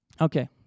Okay